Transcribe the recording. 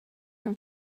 from